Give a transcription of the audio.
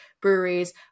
breweries